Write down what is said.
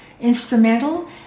instrumental